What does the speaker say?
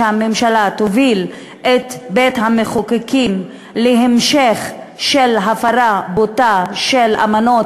שהממשלה תוביל את בית-המחוקקים להמשך של הפרה בוטה של אמנות